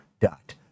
dot